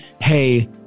hey